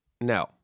No